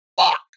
fuck